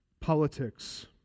politics